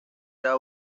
era